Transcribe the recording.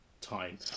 time